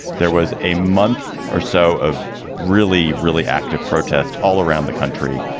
there was a month or so of really, really active protests all around the country.